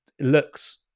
looks